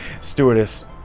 stewardess